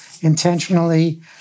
intentionally